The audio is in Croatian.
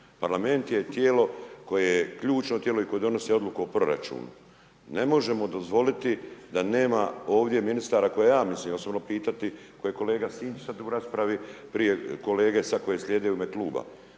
Parlament je tijelo koje je ključno tijelo i koje donosi odluku o Proračunu. Ne možemo dozvoliti da nema ovdje ministara koje ja mislim osobno pitati, koje kolega Sinčić sad u raspravi, prije kolege sad koje slijede u ime Kluba.